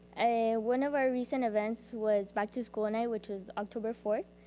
one of our recent events was back to school night which was october fourth.